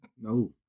No